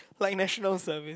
like National Service